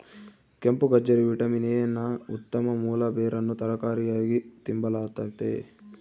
ಕೆಂಪುಗಜ್ಜರಿ vitamin A ನ ಉತ್ತಮ ಮೂಲ ಬೇರನ್ನು ತರಕಾರಿಯಾಗಿ ತಿಂಬಲಾಗ್ತತೆ